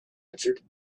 answered